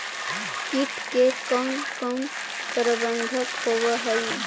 किट के कोन कोन प्रबंधक होब हइ?